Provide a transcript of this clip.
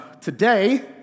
today